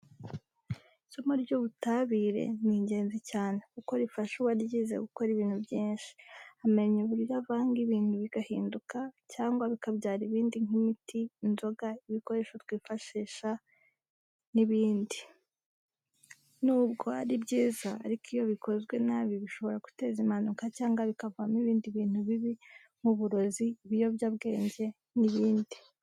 Isomo ry'ubutabire ni ingenzi cyane kuko rifasha uwaryize gukora ibintu byinshi, amenya uburyo avanga ibintu bigahinduka cyangwa bikabyara ibindi nk'imiti, inzoga, ibikoresho twifashisha buri n'ibindi. N'ubwo ari byiza ariko iyo bikozwe nabi bishobora guteza impanuka cyangwa bikavamo ibindi bintu bibi nk'uburozi, ibiyobyabwenge n'ibindi.